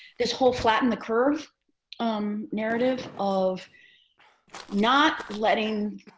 this whole flatten the curve um narrative of not letting